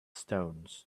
stones